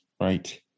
Right